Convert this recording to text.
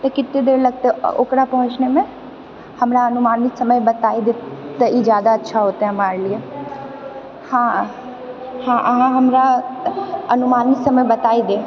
तऽ कते देर लगतै ओकरा पहुँचनेमे हमरा अनुमानित समय बता देब तऽ ई ज्यादा अच्छा होतै हमारे लिए हाँ हाँ अहाँ हमरा अनुमानित समय बता देब